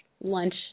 lunch